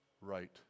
right